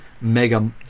Mega